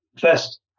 first